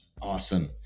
awesome